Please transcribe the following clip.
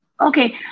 Okay